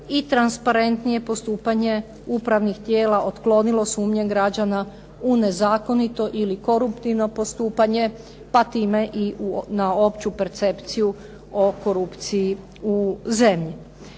i transparentnije postupanje upravnih tijela otklonile sumnje građana u nezakonito ili koruptivno postupanje pa time i na opće percepciju o korupciji u zemlji.